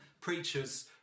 preachers